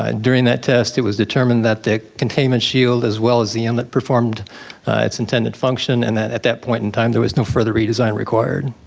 um during that test it was determined that the containment shield as well as the inlet performed its intended function and at that point in time there was no further redesign required.